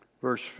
verse